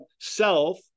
self